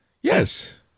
Yes